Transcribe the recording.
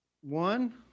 One